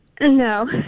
No